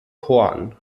korn